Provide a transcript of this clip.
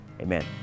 amen